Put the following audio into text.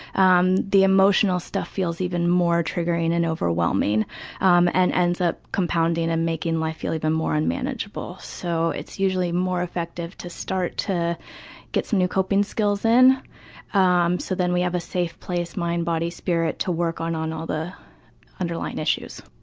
um the emotional stuff feels even more triggering and overwhelming um and ends up compounding and making life feel even more unmanageable so it's usually more effective to start to get some new coping skills in um so then we have a safe place, mind, body, spirit to work on on all the underlying issues.